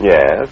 Yes